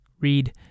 read